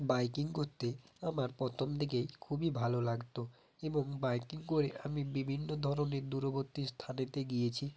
biking করতে আমার প্রথম দিকে খুবই ভালো লাগত এবং বাইকিং করে আমি বিভিন্ন ধরনের দূরবর্তী স্থানেতে গিয়েছি